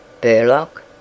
Burlock